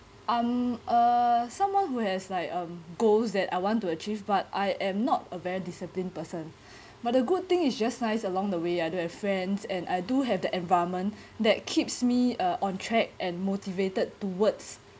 I'm uh someone who has like um goals that I want to achieve but I am not a very disciplined person but the good thing is just nice along the way I do have friends and I do have the environment that keeps me uh on track and motivated towards